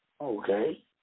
Okay